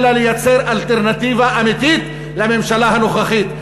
אלא לייצר אלטרנטיבה אמיתית לממשלה הנוכחית.